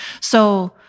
So-